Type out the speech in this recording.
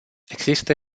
există